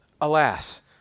alas